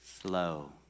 Slow